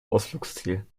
ausflugsziel